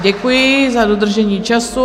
Děkuji za dodržení času.